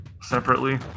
separately